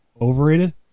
Overrated